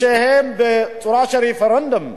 בצורה של רפרנדום,